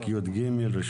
בוקר טוב לכולם.